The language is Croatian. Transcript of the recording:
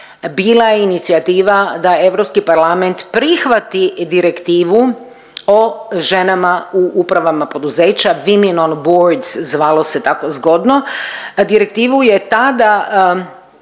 bila je inicijativa da Europski parlament prihvati direktivu u upravama poduzeća …/Govornica se ne razumije./… zvalo se tako zgodno.